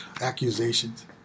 accusations